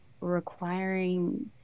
requiring